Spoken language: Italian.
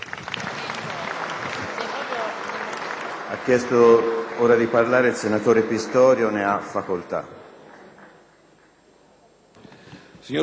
Signor Presidente,